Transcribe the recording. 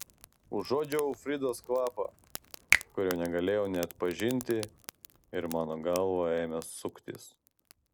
užuodžiau fridos kvapą kurio negalėjau neatpažinti ir mano galva ėmė suktis